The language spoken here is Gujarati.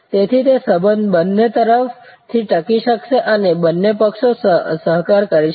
તેથી તે સંબંધ બન્ને તરફ થી ટકી શકસે અને બંને પક્ષો સહકાર કરી શકે